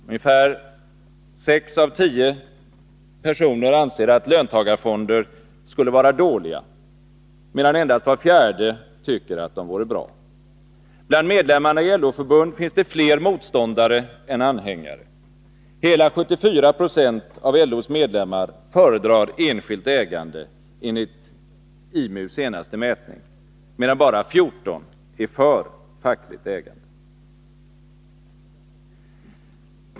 Ungefär sex av tio personer anser att löntagarfonder skulle vara dåliga, medan endast var fjärde tycker att de vore bra. Bland medlemmarna i LO-förbund finns det fler motståndare än anhängare. Hela 74 26 av LO:s medlemmar föredrar enskilt ägande enligt IMU:s senaste mätning, medan bara 14 96 är för fackligt ägande.